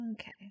okay